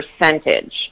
percentage